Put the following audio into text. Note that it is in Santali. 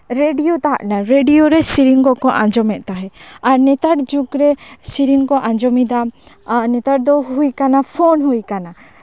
ᱨᱮᱰᱤᱭᱳ ᱛᱟᱦᱮᱸ ᱞᱮᱱᱟ ᱨᱮᱰᱤᱭᱳ ᱨᱮ ᱥᱤᱨᱤᱧ ᱠᱚᱠᱚ ᱟᱸᱡᱚᱢᱮᱫ ᱛᱟᱦᱮᱸᱫ ᱟᱨ ᱱᱮᱛᱟᱨ ᱡᱩᱜᱽ ᱨᱮ ᱥᱤᱨᱤᱧ ᱠᱚ ᱟᱸᱡᱚᱢᱮᱫᱟ ᱱᱮᱛᱟᱨ ᱫᱚ ᱦᱩᱭ ᱠᱟᱱᱟ ᱯᱷᱳᱱ ᱦᱩᱭ ᱠᱟᱱᱟ